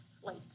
slate